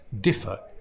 differ